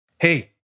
hey